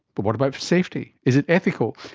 but what about for safety, is it ethical,